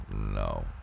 No